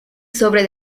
sobre